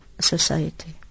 society